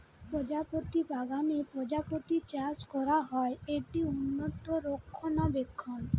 প্রজাপতি বাগানে প্রজাপতি চাষ করা হয়, এটি উন্নত রক্ষণাবেক্ষণ